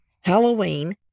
Halloween